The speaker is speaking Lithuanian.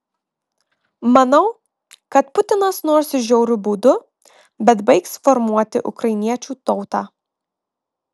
manau kad putinas nors ir žiauriu būdu bet baigs formuoti ukrainiečių tautą